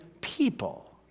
people